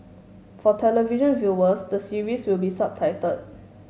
for television viewers the series will be subtitled